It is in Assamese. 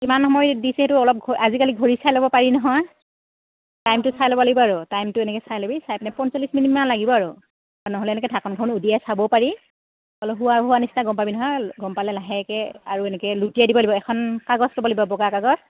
কিমান সময় দিছে সেইটো অলপ আজিকালি ঘড়ী চাই ল'ব পাৰি নহয় টাইমটো চাই ল'ব লাগিব আৰু টাইমটো এনেকৈ চাই ল'বি চাই পিনে পঞ্চল্লিছ মিনিটমান লাগিব আৰু নহ'লে এনেকৈ ঢাকনখন উদিয়াই চাব পাৰি অলপ হোৱা হোৱা নিচিনা গম পাবি নহয় গম পালে লাহেকৈ আৰু এনেকৈ লুটিয়াই দিব লাগিব এখন কাগজ ল'ব লাগিব বগা কাগজ